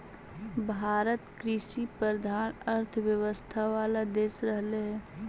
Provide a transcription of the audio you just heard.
भारत कृषिप्रधान अर्थव्यवस्था वाला देश रहले हइ